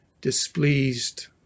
displeased